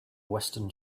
western